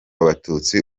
abatutsi